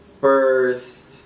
first